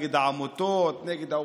נגד העמותות,